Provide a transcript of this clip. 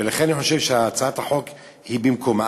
ולכן אני חושב שהצעת החוק היא במקומה.